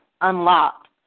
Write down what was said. unlocked